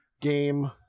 game